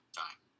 time